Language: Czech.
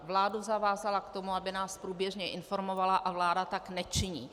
Vládu zavázala k tomu, aby nás průběžně informovala, a vláda tak nečiní.